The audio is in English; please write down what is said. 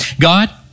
God